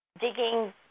digging